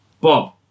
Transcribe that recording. Bob